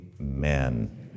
Amen